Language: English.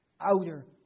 Outer